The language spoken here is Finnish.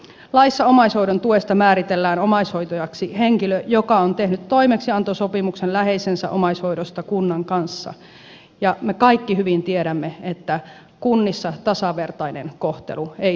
laissa omaishoidon tuesta määritellään omaishoitajaksi henkilö joka on tehnyt toimeksiantosopimuksen läheisensä omaishoidosta kunnan kanssa ja me kaikki hyvin tiedämme että kunnissa tasavertainen kohtelu ei toteudu